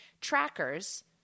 trackers